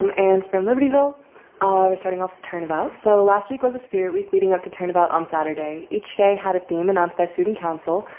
and from libertyville, i was turning off turnabout so last week was a spirit week leading up to turnabout on saturday each day had a theme announced by student council,